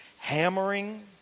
hammering